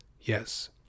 Yes